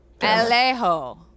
Alejo